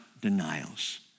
denials